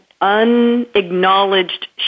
unacknowledged